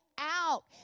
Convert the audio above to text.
out